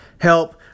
help